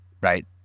right